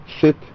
sit